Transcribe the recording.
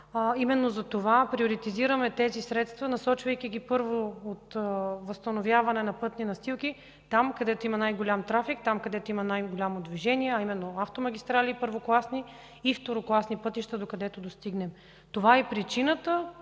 Именно затова приоритизираме тези средства, насочвайки ги първо от възстановяване на пътни настилки там, където има най-голям трафик, там, където има най-голямо движение, а именно автомагистрали, първокласни и второкласни пътища, докъдето достигнем. Това е и причината